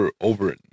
over